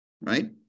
Right